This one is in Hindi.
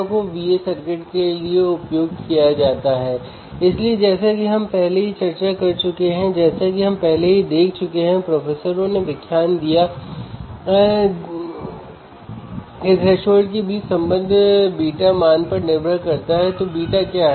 पहले सर्किट को कनेक्ट करिए जैसा फिगर 12 में दिखाया गया है